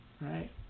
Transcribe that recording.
right